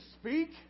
speak